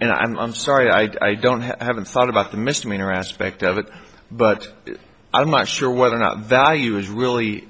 and i'm sorry i don't have i haven't thought about the misdemeanor aspect of it but i'm not sure whether or not value is really